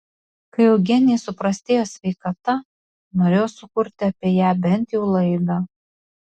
kai eugenijai suprastėjo sveikata norėjau sukurti apie ją bent jau laidą